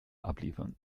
abliefern